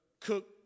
cook